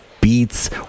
beats